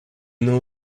know